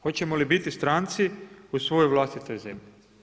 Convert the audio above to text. Hoćemo li biti stranci u svojoj vlastitoj zemlji?